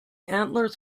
antlers